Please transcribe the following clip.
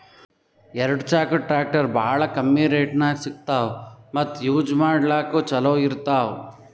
ಎರಡ ಚಾಕದ್ ಟ್ರ್ಯಾಕ್ಟರ್ ಭಾಳ್ ಕಮ್ಮಿ ರೇಟ್ದಾಗ್ ಸಿಗ್ತವ್ ಮತ್ತ್ ಯೂಜ್ ಮಾಡ್ಲಾಕ್ನು ಛಲೋ ಇರ್ತವ್